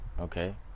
Okay